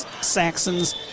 Saxons